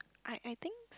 I I think